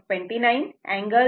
29 angle 36